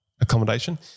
accommodation